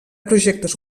projectes